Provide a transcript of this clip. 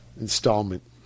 Installment